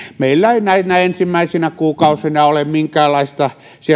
meillä ei näinä ensimmäisinä kuukausina ole minkäänlaisia